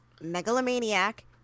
megalomaniac